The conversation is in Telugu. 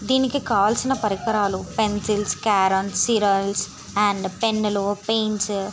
దీనికి కావాల్సిన పరికరాలు పెన్సిల్స్ క్రేయాన్స్ సిరల్స్ అండ్ పెన్నులు పెయింట్స్